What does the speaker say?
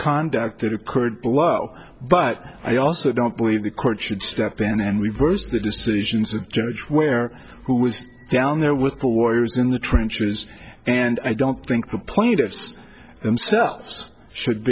conduct that occurred well but i also don't believe the court should step in and reverse the decisions of judge where who was down there with four years in the trenches and i don't think the plaintiffs themselves should